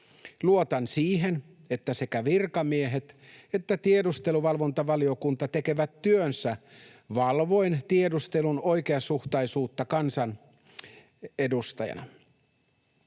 Luotan siihen, että sekä virkamiehet että tiedusteluvalvontavaliokunta tekevät työnsä, valvoen tiedustelun oikeasuhtaisuutta kansan edustajina.